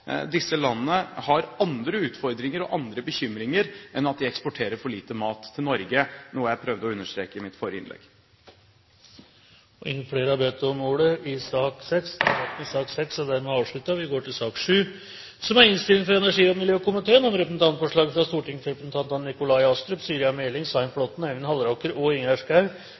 disse landene har andre utfordringer og andre bekymringer enn at de eksporterer for lite mat til Norge, noe jeg prøvde å understreke i mitt forrige innlegg. Flere har ikke bedt om ordet til sak nr. 6. Etter ønske fra energi- og miljøkomiteen vil presidenten foreslå at taletiden begrenses til 40 minutter og